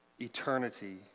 eternity